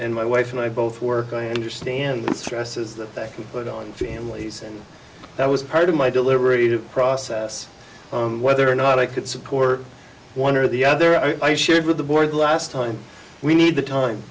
and my wife and i both work i understand the stresses that they can put on families and that was part of my deliberative process whether or not i could support one or the other i shared with the board last time we need the time